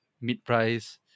mid-price